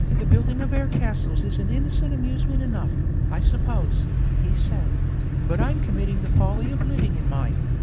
the building of air-castles is an innocent amusement enough, i suppose he said but i'm committing the folly of living in mine.